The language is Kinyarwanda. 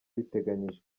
biteganyijwe